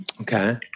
Okay